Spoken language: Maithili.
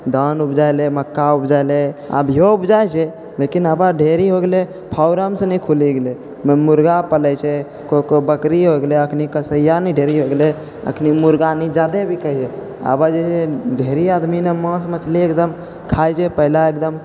धान उपजाइले मक्का उपजाइले अभियौ उपजाइ छै लेकिन आब ढेरी हो गेलै फार्म सनि खुलि गेलै लोक मुर्गा पालै छै कोइ कोइ बकरी हो गेलै एखन कसइया नि ढेरी हो गेलै एखन मुर्गा नि ज्यादे बिकैए आब नहि ढेरी आदमी नहि माँस मछली एकदम खाइ छै पहिले एकदम